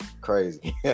crazy